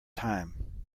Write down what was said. time